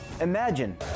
Imagine